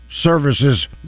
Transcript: services